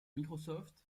microsoft